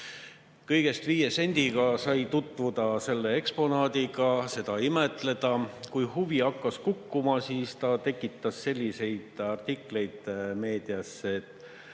Kõigest 5 sendi eest sai tutvuda selle eksponaadiga, seda imetleda. Kui huvi hakkas kukkuma, siis ta tekitas selliseid artikleid meediasse, et